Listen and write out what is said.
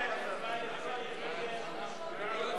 ההסתייגות של קבוצת סיעת